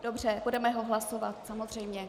Dobře, budeme o tom hlasovat, samozřejmě.